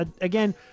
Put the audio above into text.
again –